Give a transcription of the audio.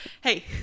hey